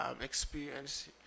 experience